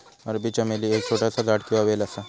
अरबी चमेली एक छोटासा झाड किंवा वेल असा